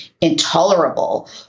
intolerable